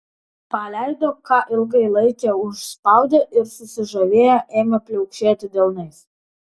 paleido ką ilgai laikė užspaudę ir susižavėję ėmė pliaukšėti delnais